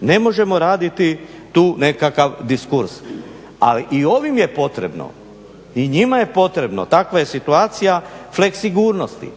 Ne možemo raditi tu nekakav diskurs. A i ovim je potrebno, i njima je potrebno, takva je situacija fleksigurnosti